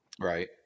Right